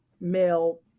male